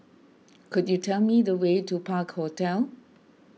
could you tell me the way to Park Hotel